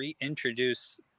reintroduce